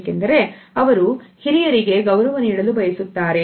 ಏಕೆಂದರೆ ಅವರು ಹಿರಿಯರಿಗೆ ಗೌರವ ನೀಡಲು ಬಯಸುತ್ತಾರೆ